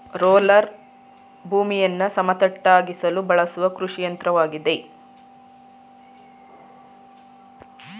roller ಭೂಮಿಯನ್ನು ಸಮತಟ್ಟಾಗಿಸಲು ಬಳಸುವ ಕೃಷಿಯಂತ್ರವಾಗಿದೆ